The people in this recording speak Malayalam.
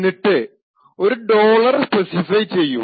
എന്നിട്ട് ഒരു ഡോളർ സ്പെസിഫൈ ചെയ്യൂ